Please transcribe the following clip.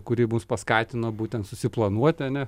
kuri mus paskatino būtent susiplanuoti ane